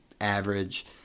average